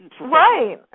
Right